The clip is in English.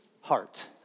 heart